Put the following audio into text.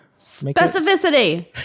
Specificity